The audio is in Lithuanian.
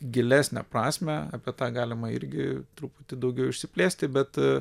gilesnę prasmę apie tą galima irgi truputį daugiau išsiplėsti bet